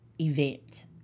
event